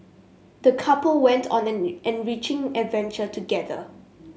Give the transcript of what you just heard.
the couple went on an enriching adventure together